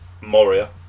Moria